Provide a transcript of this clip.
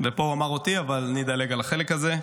ופה הוא אמר אותי, אבל אני אדלג על החלק הזה.